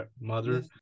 mother